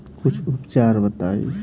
कुछ उपचार बताई?